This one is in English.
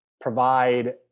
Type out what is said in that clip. provide